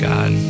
God